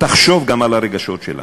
תחשוב גם על הרגשות שלנו,